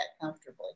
comfortably